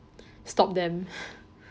stop them